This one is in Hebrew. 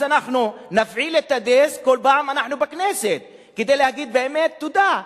אז אנחנו נפעיל את הדיסק כל פעם שאנחנו בכנסת כדי להגיד באמת תודה,